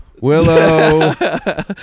Willow